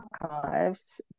archives